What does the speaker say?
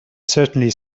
certainly